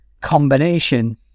combination